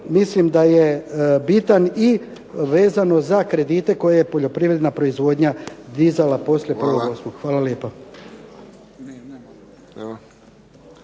mislim da je bitan i vezano za kredite koje je poljoprivredna proizvodnja dizala poslije 1.8. Hvala lijepa.